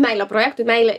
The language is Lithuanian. meilę projektui meilę